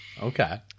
Okay